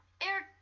Eric